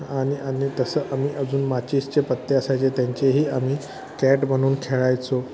आणि आम्ही तसं आम्ही अजून माचिसचे पत्ते असायचे त्यांचेही आम्ही कॅट बनवून खेळायचो